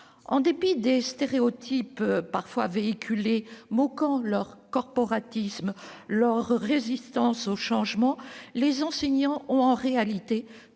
En dépit des stéréotypes parfois véhiculés moquant leur corporatisme et leur résistance au changement, les enseignants ont en réalité